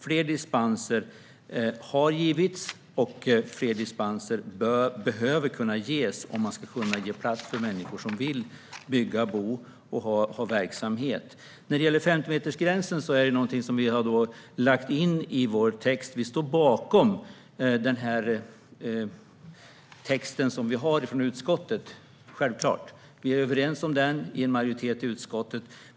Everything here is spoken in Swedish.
Fler dispenser har givits, och fler dispenser behöver ges om man ska kunna göra plats för människor som vill bygga, bo och ha verksamhet. När det gäller 50-metersgränsen är det någonting som vi har lagt in i vår text. Vi står självklart bakom texten från utskottet. En majoritet i utskottet är överens om den.